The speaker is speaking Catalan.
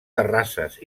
terrasses